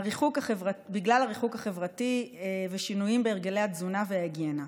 בגלל הריחוק החברתי ושינויים בהרגלי התזונה וההיגיינה.